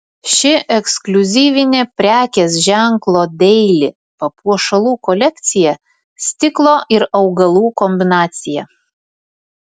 ši ekskliuzyvinė prekės ženklo daili papuošalų kolekcija stiklo ir augalų kombinacija